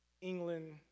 England